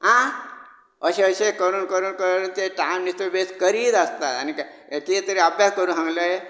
आं अशें अशें करून करून करून तें टायम बेस्टो वॅस्ट करीत आसता आनी कितें तरी अभ्यास करूंक सांगलें